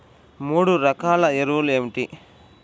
మూడు రకాల ఎరువులు ఏమిటి?